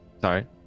Sorry